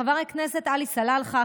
חבר הכנסת עלי סלאלחה,